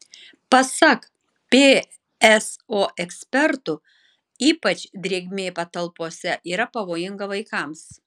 pasak pso ekspertų ypač drėgmė patalpose yra pavojinga vaikams